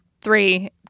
three